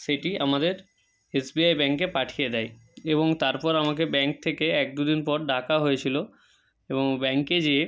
সেইটি আমাদের এসবিআই ব্যাঙ্কে পাঠিয়ে দেয় এবং তারপর আমাকে ব্যাঙ্ক থেকে এক দু দিন পর ডাকা হয়েছিলো এবং ব্যাঙ্কে গিয়ে